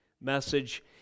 message